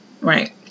Right